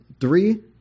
Three